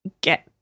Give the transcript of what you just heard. get